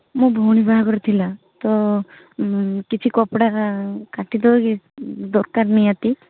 ମୋ ଭଉଣୀ ବାହାଘର ଥିଲା ତ କିଛି କପଡ଼ା କାଟି ଦେବେ କି ଦରକାର ନିହାତି